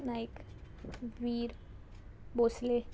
Naik Veer Bhosle